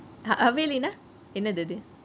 haveli னா என்னது அது:na ennathu athu